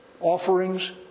offerings